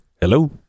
Hello